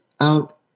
out